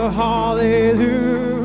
hallelujah